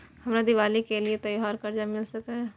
हमरा दिवाली के लिये त्योहार कर्जा मिल सकय?